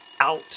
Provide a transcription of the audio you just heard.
Out